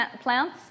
plants